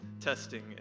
testing